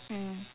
mm